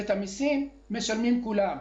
ואת המיסים משלמים כולם.